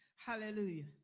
Hallelujah